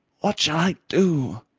what shall i do?